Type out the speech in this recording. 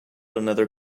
another